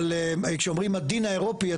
אבל כשאומרים הדין האירופי,